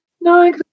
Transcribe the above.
No